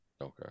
okay